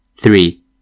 three